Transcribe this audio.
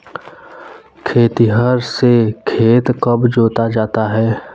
खेतिहर से खेत कब जोता जाता है?